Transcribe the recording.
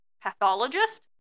pathologist